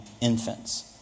infants